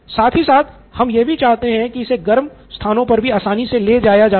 साथ ही साथ हम यह भी चाहते हैं कि इसे गर्म स्थानों पर भी आसानी से ले जाया जा सके